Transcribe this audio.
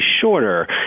shorter